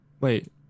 Wait